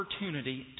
opportunity